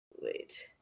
Wait